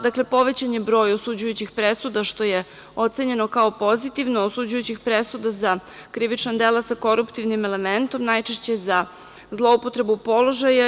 Dakle, povećan je broj osuđujućih presuda, što je ocenjeno kao pozitivno, osuđujućih presuda za krivična dela sa koruptivnim elementom, najčešće za zloupotrebu položaja.